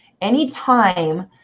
anytime